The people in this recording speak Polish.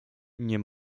nie